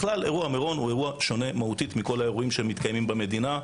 בכלל אירוע מירון הוא אירוע שונה מהותית מכל האירועים שמתקיימים במדינה,